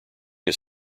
his